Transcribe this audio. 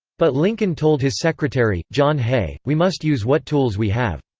but lincoln told his secretary, john hay, we must use what tools we have.